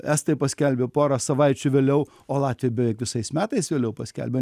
estai paskelbė porą savaičių vėliau o latviai beveik visais metais vėliau paskelbė